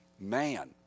Man